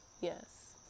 yes